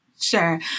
Sure